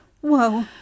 Whoa